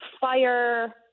fire